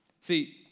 See